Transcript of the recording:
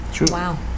Wow